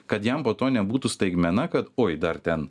kad jam po to nebūtų staigmena kad oi dar ten